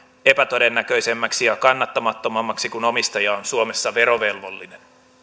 epätodennäköisemmäksi ja kannattamattomammaksi kun omistaja on suomessa verovelvollinen